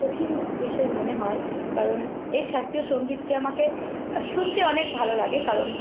কঠিন বিষয় মনে হয় কারণ এ শাস্ত্রীয় সঙ্গীতকে আমাকে শুনতে অনেক ভালো লাগে কারণ